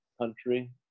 country